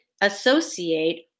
associate